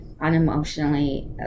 unemotionally